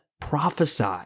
prophesy